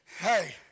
Hey